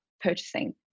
purchasing